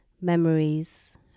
memories